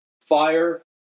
fire